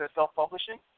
self-publishing